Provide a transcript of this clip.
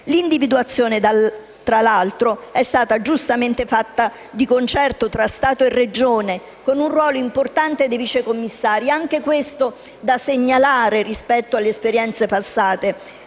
L'individuazione, tra l'altro, è stata giustamente fatta di concerto tra Stato e Regione, con un ruolo importante dei vice commissari. Anche questo è da segnalare rispetto alle esperienze passate.